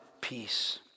peace